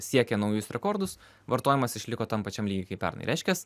siekė naujus rekordus vartojimas išliko tam pačiam lygy kaip pernai reiškias